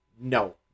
no